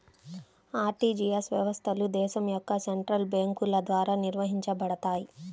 RTGS వ్యవస్థలు దేశం యొక్క సెంట్రల్ బ్యేంకుల ద్వారా నిర్వహించబడతయ్